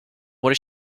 does